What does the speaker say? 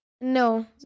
no